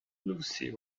lucy